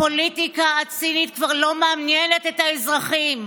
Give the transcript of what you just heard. הפוליטיקה הצינית כבר לא מעניינת את האזרחים.